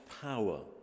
power